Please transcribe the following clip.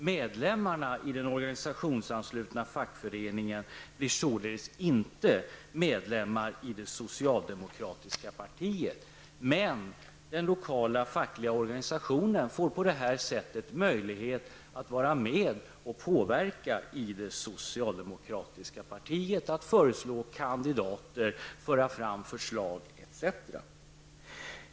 Medlemmarna i den organisationsanslutna fackföreningen blir således inte medlemmar i det socialdemokratiska partiet, men den lokala fackliga organisationen får på detta sätt möjlighet att vara med och påverka i det socialdemokratiska partiet, att föreslå kandidater, att föra fram förslag osv.